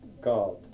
God